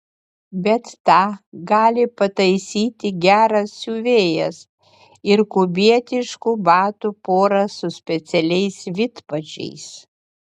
bet tą gali pataisyti geras siuvėjas ir kubietiškų batų pora su specialiais vidpadžiais